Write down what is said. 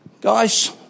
guys